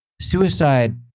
suicide